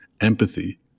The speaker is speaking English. empathy